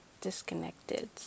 disconnected